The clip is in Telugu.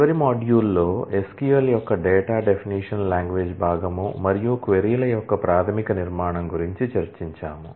చివరి మాడ్యూల్లో SQL యొక్క DDL భాగం మరియు క్వరీ ల యొక్క ప్రాథమిక నిర్మాణం గురించి చర్చించాము